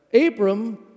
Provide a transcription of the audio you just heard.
Abram